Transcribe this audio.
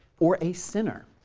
or a sinner